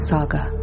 Saga